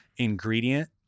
Ingredient